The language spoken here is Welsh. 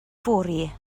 fory